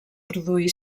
produir